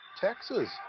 Texas